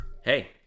Hey